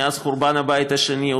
מאז חורבן הבית השני,